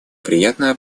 приятно